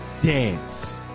Dance